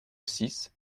six